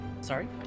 Sorry